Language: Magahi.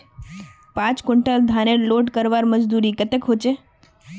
पाँच कुंटल धानेर लोड करवार मजदूरी कतेक होचए?